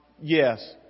Yes